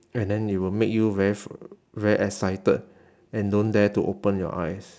and then it will make you very f~ very excited and don't dare to open your eyes